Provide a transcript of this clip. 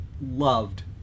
loved